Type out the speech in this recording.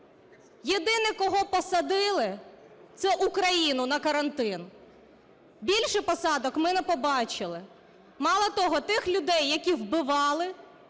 Єдиний, кого посадили, - це Україну на карантин. Більше посадок ми не побачили. Мало того, тих людей, яких вбивали,